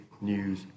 news